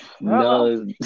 No